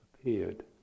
appeared